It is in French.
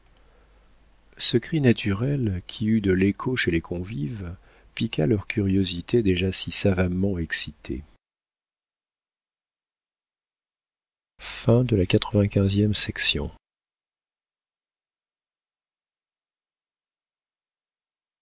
ce cri naturel qui eut de l'écho chez les convives piqua leur curiosité déjà si savamment excitée